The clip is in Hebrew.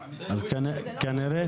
באמת תודה.